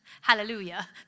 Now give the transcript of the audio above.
Hallelujah